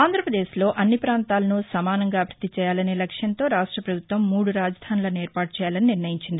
ఆంధ్రాపదేశ్లో అన్ని ప్రాంతాలను సమానంగా అభివృద్ది చేయాలనే లక్ష్యంతో రాష్టపభుత్వం మూడు రాజధానులను ఏర్పాటు చేయాలని నిర్ణయించింది